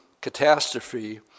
catastrophe